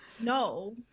no